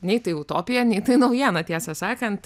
nei tai utopija nei tai naujiena tiesą sakant